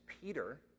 Peter